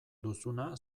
duzuna